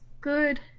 good